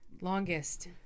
Longest